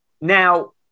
Now